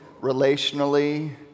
relationally